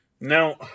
Now